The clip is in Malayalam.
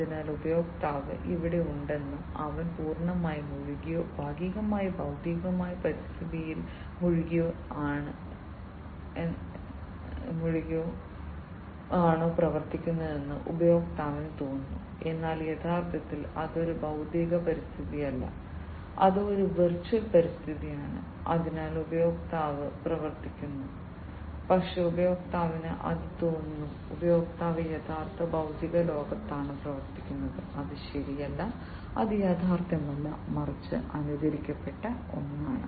അതിനാൽ ഉപയോക്താവ് അവിടെ ഉണ്ടെന്നും അവൻ പൂർണ്ണമായും മുഴുകിയോ ഭാഗികമായോ ഭൌതിക പരിതസ്ഥിതിയിൽ മുഴുകിയോ ആണ് പ്രവർത്തിക്കുന്നതെന്ന് ഉപയോക്താവിന് തോന്നുന്നു എന്നാൽ യഥാർത്ഥത്തിൽ അതൊരു ഭൌതിക പരിതസ്ഥിതിയല്ല അത് ഒരു വെർച്വൽ പരിതസ്ഥിതിയാണ് അതിൽ ഉപയോക്താവ് പ്രവർത്തിക്കുന്നു പക്ഷേ ഉപയോക്താവിന് അത് തോന്നുന്നു ഉപയോക്താവ് യഥാർത്ഥ ഭൌതിക ലോകത്താണ് പ്രവർത്തിക്കുന്നത് അത് ശരിയല്ല അത് യഥാർത്ഥമല്ല മറിച്ച് അനുകരിക്കപ്പെട്ട ഒന്നാണ്